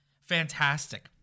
Fantastic